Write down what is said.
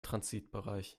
transitbereich